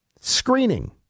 screening